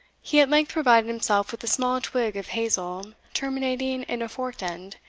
he at length provided himself with a small twig of hazel terminating in a forked end,